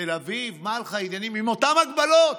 תל אביב, מלחה, עם אותן מגבלות,